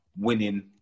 winning